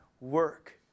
work